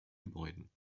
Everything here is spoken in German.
gebäuden